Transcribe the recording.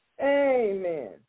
Amen